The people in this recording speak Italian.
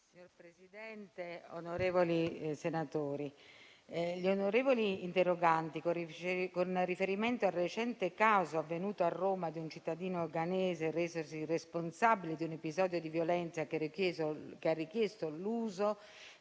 Signor Presidente, onorevoli senatori, gli onorevoli interroganti, con riferimento al recente caso avvenuto a Roma di un cittadino ghanese resosi responsabile di un episodio di violenza che ha richiesto l'uso